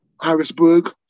Harrisburg